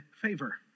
favor